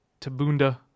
Tabunda